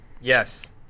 Yes